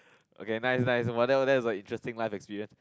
okay nice nice !wow! that was that was a interesting life experience